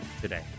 today